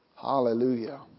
Hallelujah